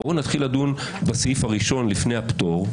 בואו נתחיל לדון בסעיף הראשון לפני הפטור,